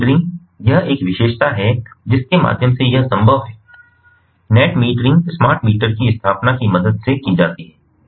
net metering यह एक विशेषता है जिसके माध्यम से यह संभव है नेट मीटरिंग स्मार्ट मीटर की स्थापना की मदद से की जा सकती है